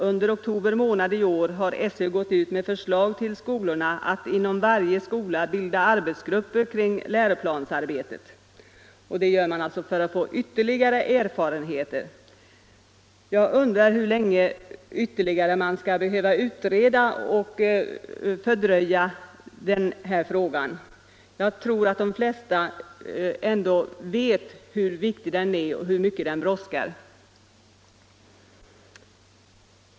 ”Under oktober månad i år har SÖ gått ut med 26 november 1975 förslag till skolorna att inom varje skola bilda arbetsgrupper kring lä= — roplansarbetet.” Det gör man alltså för att få ytterligare erfarenheter. Vissa handikapp Jag undrar hur länge till man skall behöva utreda och fördröja den — frågor här frågan? Jag tror att de flesta vet hur viktig den är och hur mycket den brådskar.